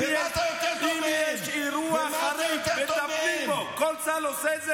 כל צה"ל עושה את